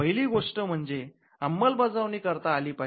पहिली गोष्ट म्हणजे अंमलबजावणी करता आली पाहिजे